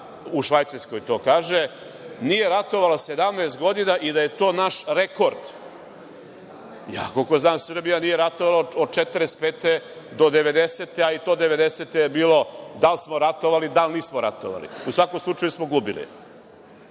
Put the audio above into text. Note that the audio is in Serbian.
u Švajcarskoj to kaže, nije ratovala 17 godina i da je to naš rekord. Ja koliko znam Srbija nije ratovala od 1945. do 1990. godine, a i to 1990. godine je bilo da li smo ratovali, da li nismo ratovali. U svakom slučaju smo gubili. Može